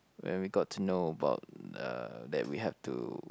when we got to know about uh that we have to